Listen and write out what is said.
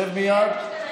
שב מייד.